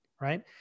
right